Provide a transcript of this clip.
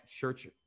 church